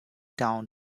down